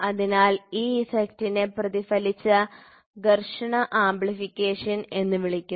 അതിനാൽ ഈ ഇഫക്റ്റിനെ പ്രതിഫലിച്ച ഘർഷണ ആംപ്ലിഫിക്കേഷൻ എന്ന് വിളിക്കുന്നു